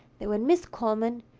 that when miss coleman,